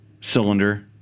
cylinder